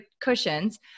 cushions